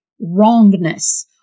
wrongness